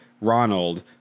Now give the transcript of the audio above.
Ronald